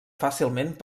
fàcilment